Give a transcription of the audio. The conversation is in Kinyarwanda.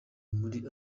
muri